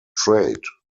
trade